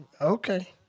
okay